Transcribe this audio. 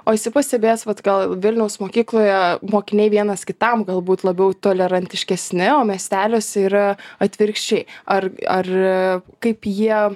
o esi pastebėjęs vat gal vilniaus mokykloje mokiniai vienas kitam galbūt labiau tolerantiškesni o miesteliuose yra atvirkščiai ar ar kaip jie